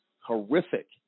horrific